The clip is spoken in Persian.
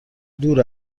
دور